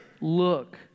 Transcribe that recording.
look